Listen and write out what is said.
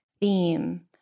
theme